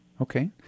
Okay